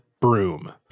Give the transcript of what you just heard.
broom